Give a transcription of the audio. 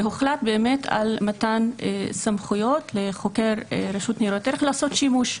והוחלט על מתן סמכויות לחוקר רשות ניירות ערך לעשות שימוש.